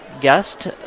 guest